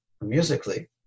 musically